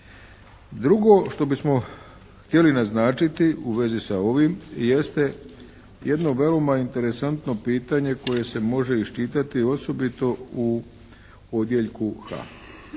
Drugo što bismo htjeli naznačiti u vezi sa ovim jeste jedno veoma interesantno pitanje koje se može iščitati, osobito u odjeljku H.